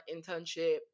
internship